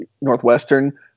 Northwestern